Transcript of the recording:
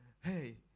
hey